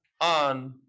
on